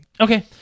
Okay